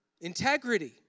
Integrity